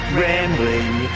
rambling